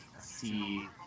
see